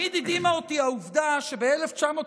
תמיד הדהימה אותי העובדה שב-1948,